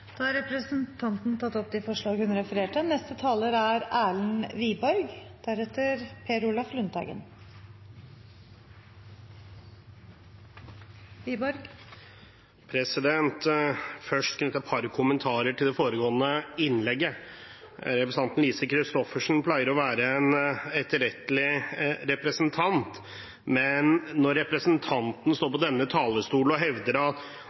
tatt opp de forslagene hun refererte til. Jeg vil først knytte et par kommentarer til det foregående innlegget. Representanten Lise Christoffersen pleier å være en etterrettelig representant, men når representanten står på denne talerstolen og hevder at